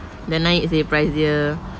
dah naik seh price dia